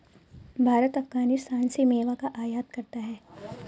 भारत अफगानिस्तान से मेवा का आयात करता है